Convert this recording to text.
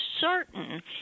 certain